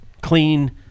clean